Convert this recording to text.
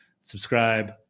subscribe